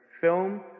film